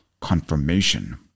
confirmation